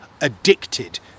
addicted